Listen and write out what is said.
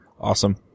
Awesome